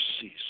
cease